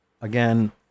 Again